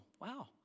wow